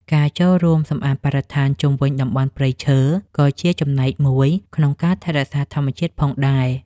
ការចូលរួមសម្អាតបរិស្ថានជុំវិញតំបន់ព្រៃឈើក៏ជាចំណែកមួយក្នុងការថែរក្សាធម្មជាតិផងដែរ។